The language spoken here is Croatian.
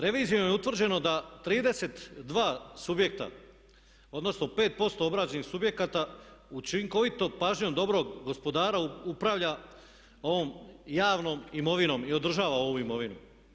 Revizijom je utvrđeno da 32 subjekta, odnosno 5% obrađenih subjekata učinkovitom pažnjom dobrog gospodara upravlja ovom javnom imovinom i održava ovu imovinu.